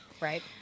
Right